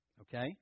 okay